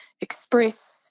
express